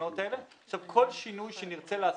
כל שינוי שנרצה לעשות,